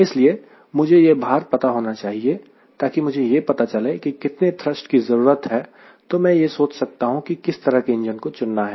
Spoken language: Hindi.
इसलिए मुझे यह भार पता होना चाहिए ताकि मुझे यह पता चले कि कितने थ्रस्ट की जरूरत है तो मैं यह सोच सकता हूं कि किस तरह की इंजन को चुनना है